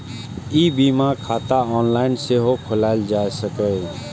ई बीमा खाता ऑनलाइन सेहो खोलाएल जा सकैए